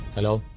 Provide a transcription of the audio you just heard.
hello,